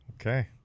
Okay